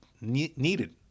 needed